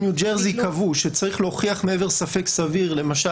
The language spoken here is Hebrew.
בניו ג'רסי קבעו שצריך להוכיח מעבר לספק סביר למשל